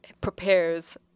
prepares